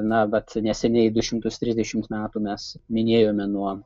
na bet neseniai du šimtus trisdešimt metų mes minėjome nuo